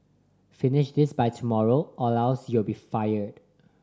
finish this by tomorrow or else you'll be fired